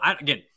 again